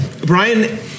Brian